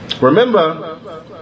Remember